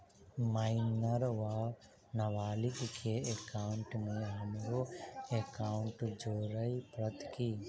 Minor वा नबालिग केँ एकाउंटमे हमरो एकाउन्ट जोड़य पड़त की?